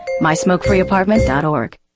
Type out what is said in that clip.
MySmokeFreeApartment.org